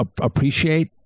appreciate